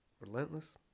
relentless